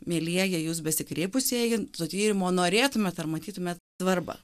mielieji jus besikreipusieji to tyrimo norėtumėt ar matytumėt svarbą